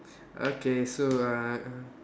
okay so uh